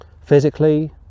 physically